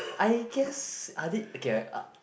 I guess are did okay I uh